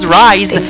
rise